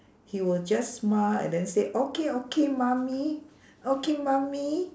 he will just smile and then say okay okay mummy okay mummy